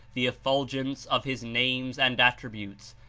the effulgence of his names and attributes,